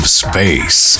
space